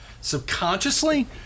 subconsciously